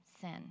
sin